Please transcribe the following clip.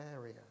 area